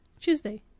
Tuesday